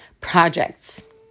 projects